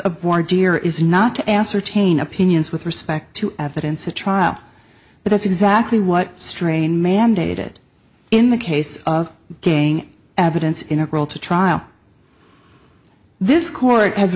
of war dear is not to ascertain opinions with respect to evidence a trial but that's exactly what strain mandated in the case of gang evidence integral to trial this court has